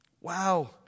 Wow